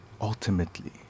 ultimately